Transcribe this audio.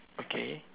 okay